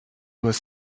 was